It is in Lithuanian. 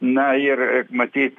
na ir matyt